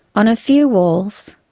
on a few walls,